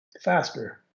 faster